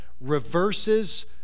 reverses